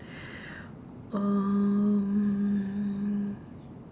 um